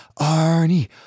Arnie